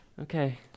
Okay